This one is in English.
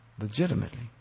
legitimately